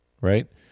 right